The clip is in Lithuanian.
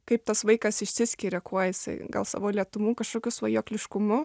kaip tas vaikas išsiskiria kuo jisai gal savo lėtumu kažkokiu svajokliškumu